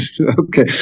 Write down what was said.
Okay